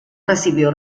recibió